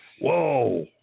Whoa